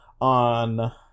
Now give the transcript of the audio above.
on